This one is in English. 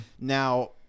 now